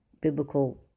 biblical